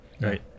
Right